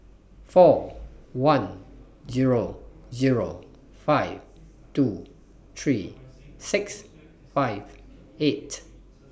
four one Zero Zero five two three six five eight